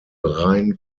rein